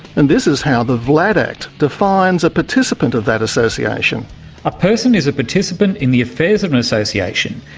and this is how the vlad act defines a participant of that association a person is a participant in the affairs of an association.